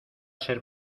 ser